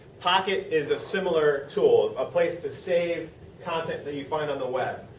pocket is a similar tool. a place to save content that you find on the web.